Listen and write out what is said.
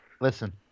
Listen